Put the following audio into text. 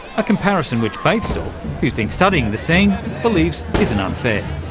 a comparison which baichtal, who's been studying the scene, believes isn't unfair.